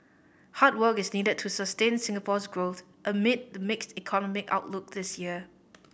hard work is needed to sustain Singapore's growth amid the mixed economic outlook this year